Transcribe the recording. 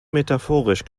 metaphorisch